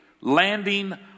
landing